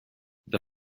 the